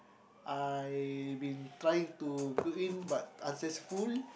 I been trying to go in but unsuccessful